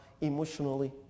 emotionally